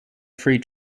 free